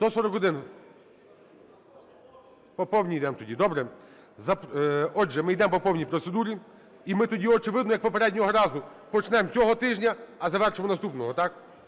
За-141 По повній йдемо тоді, добре. Отже, ми йдемо по повній процедурі. І ми тоді, очевидно, як попереднього разу, почнемо цього тижня, а завершимо наступного,